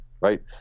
right